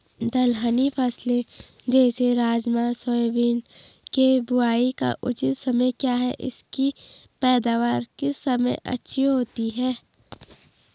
दलहनी फसलें जैसे राजमा सोयाबीन के बुआई का उचित समय क्या है इसकी पैदावार किस समय अच्छी होती है?